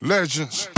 Legends